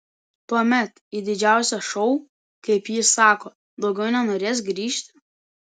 tuomet į didžiausią šou kaip jis sako daugiau nenorės grįžti